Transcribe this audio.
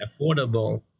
affordable